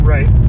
Right